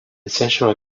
essential